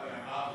תודה.